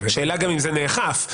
השאלה אם זה נאכף.